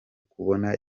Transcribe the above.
kubona